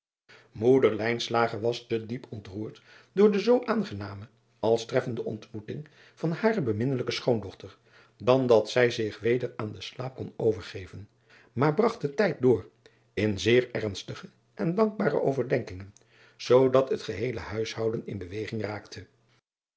oeder was te diep ontroerd door de zoo aangename als treffende ontmoeting van hare beminnelijke schoondochter dan dat zij zich weder aan den slaap kon overgeven maar bragt den tijd door in zeer ernstige en dankbare overdenkingen totdat het geheele huishouden in beweging raakte